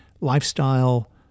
lifestyle